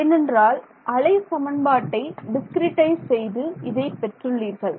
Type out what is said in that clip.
ஏனென்றால் அலை சமன்பாட்டை டிஸ்கிரிட்டைஸ் செய்து இதை பெற்றுள்ளீர்கள்